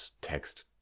text